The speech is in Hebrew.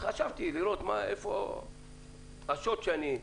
חשבתי איפה השוט שיכול להיות לי.